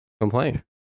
complain